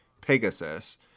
Pegasus